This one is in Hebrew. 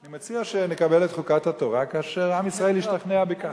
אני מציע שנקבל את חוקת התורה כאשר עם ישראל ישתכנע בכך.